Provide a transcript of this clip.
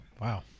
Wow